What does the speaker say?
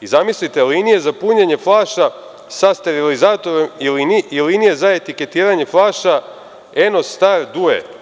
i, zamislite, linije za punjenje flaša sa stelirizatorom i linije za etiketiranje flaša Enos star due.